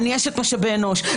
אני אשת משאבי אנוש,